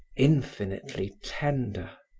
infinitely tender.